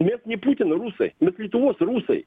mes ne putino rusai mes lietuvos rusai